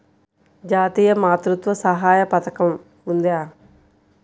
జాతీయ మాతృత్వ సహాయ పథకం ఉందా?